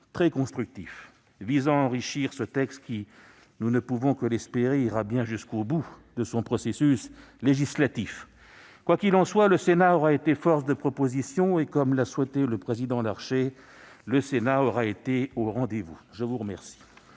très constructif visant à enrichir ce texte, dont nous ne pouvons qu'espérer qu'il ira bien jusqu'au bout de son processus législatif. Quoi qu'il en soit, le Sénat aura été force de proposition et, comme l'a souhaité le président Larcher, au rendez-vous. La parole